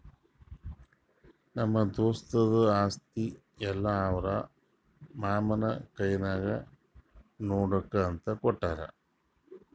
ನಮ್ಮ ದೋಸ್ತದು ಆಸ್ತಿ ಎಲ್ಲಾ ಅವ್ರ ಮಾಮಾ ಕೈನಾಗೆ ನೋಡ್ಕೋ ಅಂತ ಕೊಟ್ಟಾರ್